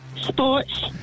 Sports